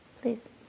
Please